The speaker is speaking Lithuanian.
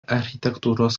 architektūros